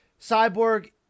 Cyborg